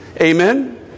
Amen